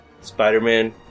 Spider-Man